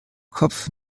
kopf